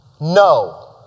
no